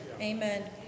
Amen